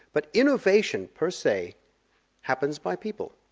but innovation per se happens by people.